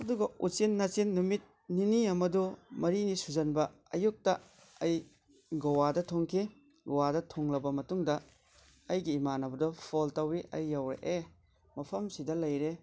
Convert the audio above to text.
ꯑꯗꯨꯒ ꯎꯆꯤꯟ ꯅꯥꯆꯤꯟ ꯅꯨꯃꯤꯠ ꯅꯤꯅꯤ ꯑꯃꯗꯨ ꯃꯔꯤꯅꯤ ꯁꯨꯖꯟꯕ ꯑꯌꯨꯛꯇ ꯑꯩ ꯒꯣꯋꯥꯗ ꯊꯨꯡꯈꯤ ꯒꯣꯋꯥꯗ ꯊꯨꯡꯂꯕ ꯃꯇꯨꯡꯗ ꯑꯩꯒꯤ ꯏꯃꯥꯟꯅꯕꯗ ꯐꯣꯜ ꯇꯧꯏ ꯑꯩ ꯌꯧꯔꯛꯑꯦ ꯃꯐꯝꯁꯤꯗ ꯂꯩꯔꯦ